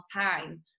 time